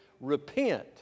Repent